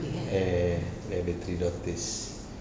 eh dia ada three daughters